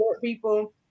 People